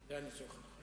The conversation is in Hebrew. זה הניסוח הנכון.